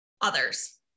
others